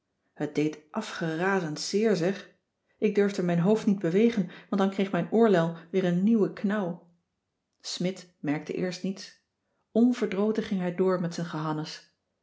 het deed afgerazend zeer zeg ik durfde mijn hoofd niet bewegen want dan kreeg mijn oorlel weer een nieuwen knauw smidt cissy van marxveldt de h b s tijd van joop ter heul merkte eerst niets onverdroten ging hij door met z'n gehannes